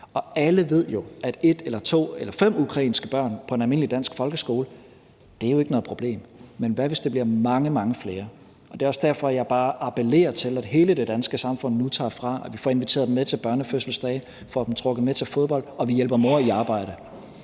Alle ved jo, at ét ukrainsk barn eller to eller fem ukrainske børn på en almindelig dansk folkeskole ikke er noget problem, men hvad hvis det bliver mange, mange flere? Det er også derfor, jeg bare appellerer til, at hele det danske samfund nu tager ved, at vi får inviteret dem med til børnefødselsdage, at vi får dem trukket med til fodbold, og at vi får hjulpet mor i arbejde.